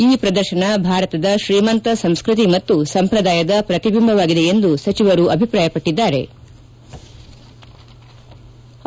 ಈ ಪ್ರದರ್ಶನ ಭಾರತದ ಶ್ರೀಮಂತ ಸಂಸ್ಟತಿ ಮತ್ತು ಸಂಪ್ರದಾಯದ ಪ್ರತಿಬಿಂಬವಾಗಿದೆ ಎಂದು ಸಚಿವರು ಅಭಿಪ್ರಾಯಪಟ್ಟದ್ದಾರೆ